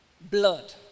blood